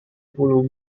puluh